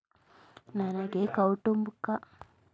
ನನಗೆ ಕೌಟುಂಬಿಕ ಕಾರಣಗಳಿಗಾಗಿ ಸಾಲ ಸಿಗುತ್ತದೆಯೇ?